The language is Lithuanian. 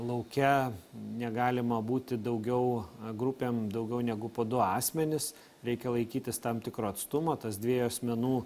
lauke negalima būti daugiau grupėm daugiau negu po du asmenis reikia laikytis tam tikro atstumo tas dviejų asmenų